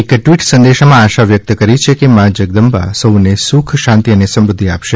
એક ટ્વીટ સંદેશામાં શ્રી મોદીએ આશા વ્યકત કરી છેકે મા જગદંબા સૌને સુખ શાંતિ અને સમૃઘ્ઘિ આપશે